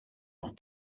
noch